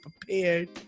prepared